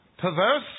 perverse